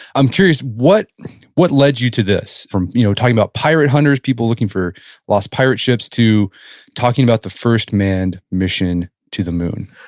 i'm curious, what what led you to this, from you know talking about pirate hunters, people looking for lost pirate ships, to talking about the first manned mission to the moon?